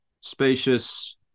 spacious